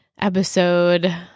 episode